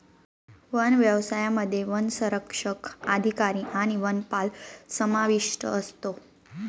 one व्यवसायामध्ये वनसंरक्षक अधिकारी आणि वनपाल समाविष्ट असतो